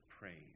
praise